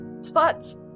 spots